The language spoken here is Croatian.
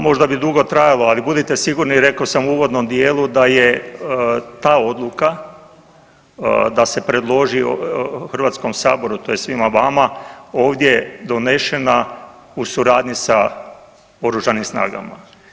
Možda bi dugo trajalo ali budite sigurni rekao sam u uvodnom dijelu da je ta odluka, da se predloži Hrvatskom saboru tj. svima vama ovdje donešena u suradnji sa Oružanim snagama.